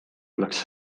läks